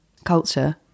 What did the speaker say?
culture